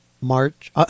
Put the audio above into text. March